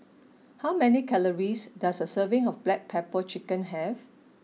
how many calories does a serving of Black Pepper Chicken have